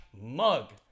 mug